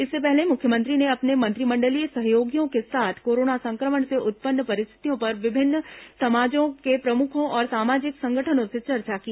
इससे पहले मुख्यमंत्री ने अपने मंत्रिमंडलीय सहयोगियों के साथ कोरोना संक्रमण से उत्पन्न परिस्थितियों पर विभिन्न समाजों के प्रमुखों और सामाजिक संगठनों से चर्चा की